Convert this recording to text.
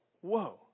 Whoa